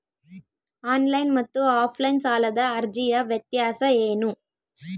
Online ಮತ್ತು offline ಸಾಲದ ಅರ್ಜಿಯ ವ್ಯತ್ಯಾಸ ಏನು?